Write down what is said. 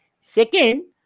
Second